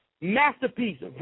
masterpiece